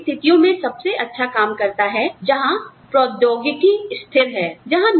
यह उन स्थितियों में सबसे अच्छा काम करता है जहां प्रौद्योगिकी स्थिर है